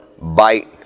bite